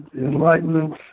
enlightenment